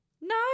no